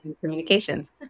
communications